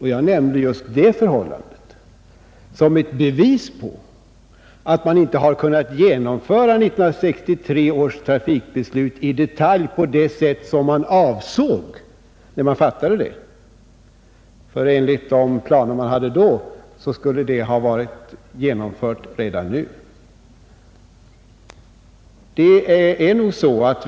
Det förhållandet anförde jag då som ett bevis för att man inte kunnat genomföra 1963 års trafikbeslut i detalj på det sätt som avsågs när beslutet fattades — enligt de planer man hade då skulle det ha varit genomfört redan nu.